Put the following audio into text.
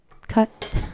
cut